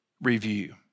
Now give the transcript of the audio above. review